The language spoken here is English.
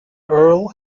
earl